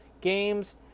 games